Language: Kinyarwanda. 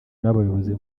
n’abayobozi